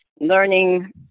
learning